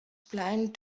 planned